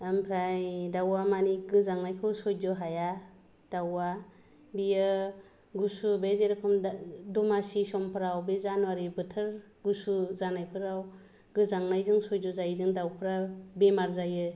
ओमफ्राय दाउआ माने गोजांनायखौ सैज' हाया दाउआ बेयो गुसु बे जेरखम दमासि समफोराव बे जानुवारि बोथोर गुसु जानायफोराव गोजांनायजों सैज' जायिजों दाउफोरा बेमार जायो